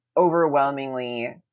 overwhelmingly